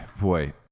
boy